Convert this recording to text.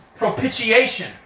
Propitiation